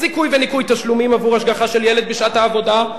זיכוי וניכוי תשלומים עבור השגחה על ילד בשעת העבודה,